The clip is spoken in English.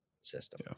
system